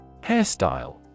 Hairstyle